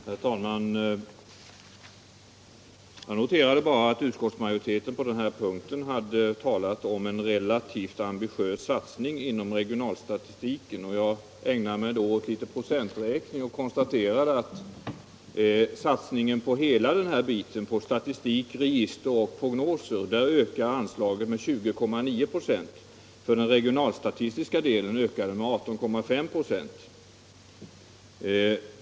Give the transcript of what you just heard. Herr talman! Jag noterar bara att utskottsmajoriteten på den här punkten hade talat om en relativt ambitiös satsning inom regionalstatistiken. Jag ägnade mig då åt litet procenträkning och konstaterade att satsningen på hela den här biten — på statistik, register och prognoser — ökar anslaget med 20,9 procent. För den regionalstatistiska delen ökar den med 18,5 procent.